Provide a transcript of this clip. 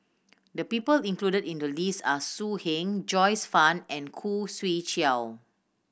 the people included in the list are So Heng Joyce Fan and Khoo Swee Chiow